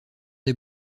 des